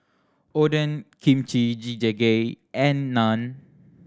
Oden Kimchi Jjigae and Naan